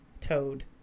toad